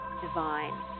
divine